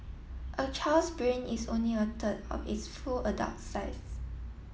a child's brain is only a third of its full adult size